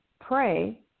pray